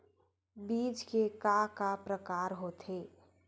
बीज के का का प्रकार होथे?